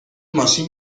ماشین